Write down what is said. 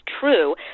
true